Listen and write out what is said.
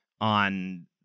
on